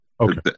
Okay